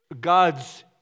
God's